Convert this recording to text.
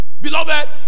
Beloved